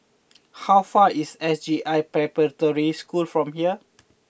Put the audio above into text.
how far away is S J I Preparatory School from here